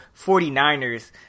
49ers